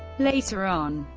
later on,